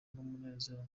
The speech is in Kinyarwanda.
n’umunezero